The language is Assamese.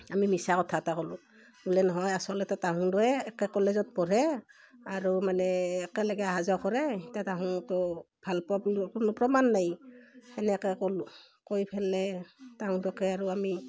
আমি মিছা কথা এটা ক'ল্লু বোলে নহয় আচলতে তাহুন দোৱে একে কলেজত পঢ়ে আৰু মানে একেলগে অহা যোৱা কৰে ইতা তাহুন ত' ভালপোৱা বুলি কোনো প্ৰমাণ নাই তেনেকে ক'ল্লু কৈ ফেলে তাহুন দুয়োকে আৰু আমি